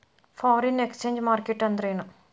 Foreign exchange market ಅಂದ್ರೇನು?